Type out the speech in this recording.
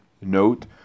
note